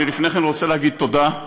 אני לפני כן רוצה להגיד תודה,